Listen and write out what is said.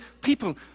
people